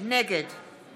נגד